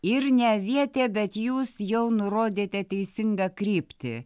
ir ne avietė bet jūs jau nurodėte teisingą kryptį